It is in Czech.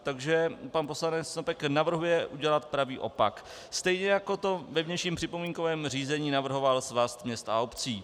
Takže pan poslanec Snopek navrhuje udělat pravý opak, stejně jako to ve vnějším připomínkovém řízení navrhoval Svaz měst a obcí.